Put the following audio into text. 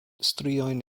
strion